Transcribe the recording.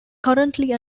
currently